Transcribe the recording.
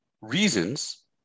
reasons